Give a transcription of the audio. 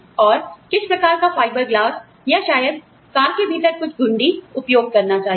और किस प्रकार का फाइबर ग्लास का या शायद कार के भीतर कुछ घुंडी उपयोग करना चाहिए